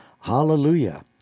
hallelujah